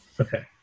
Okay